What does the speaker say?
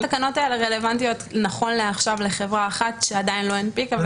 התקנות האלה רלבנטיות נכון לעכשיו לחברה אחת שעדיין לא הנפיקה.